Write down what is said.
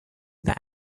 that